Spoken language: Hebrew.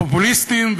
הפופוליסטיים,